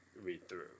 read-through